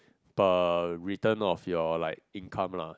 per return of your like income lah